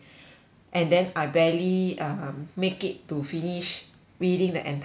and then I barely um make it to finish reading the entire book eh